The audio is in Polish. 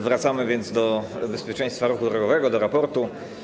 Wracamy do bezpieczeństwa ruchu drogowego, do raportu.